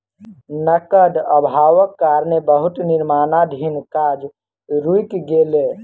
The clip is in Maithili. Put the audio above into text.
नकद अभावक कारणें बहुत निर्माणाधीन काज रुइक गेलै